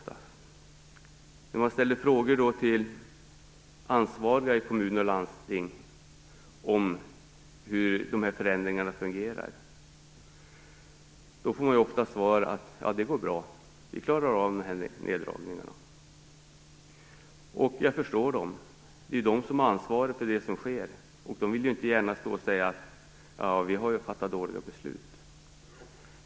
När man ställer frågor till ansvariga i kommuner och landsting om hur förändringarna fungerar får man ofta till svar att det går bra; man klarar av neddragningarna. Jag förstår dem som säger det. Det är de som är ansvariga för det som sker, och de vill ju inte gärna säga att de har fattat dåliga beslut.